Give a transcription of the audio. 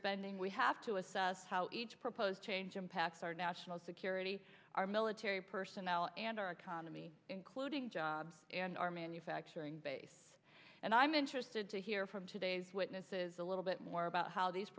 spending we have to assess how each proposed change impacts our national security our military personnel and our economy including jobs and our manufacturing base and i'm interested to hear from today's witnesses a little bit more about how these